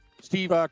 Steve